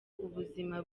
ubuzima